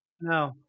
No